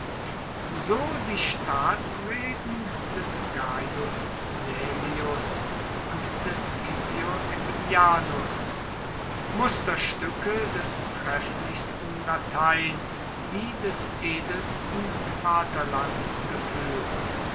so die staatsreden des gaius laelius und des scipio aemilianus musterstücke des trefflichsten latein wie des edelsten